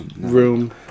room